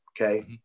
okay